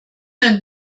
ein